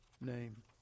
name